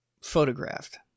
photographed